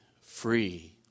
free